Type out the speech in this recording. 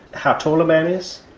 how tall man is,